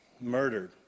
murdered